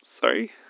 Sorry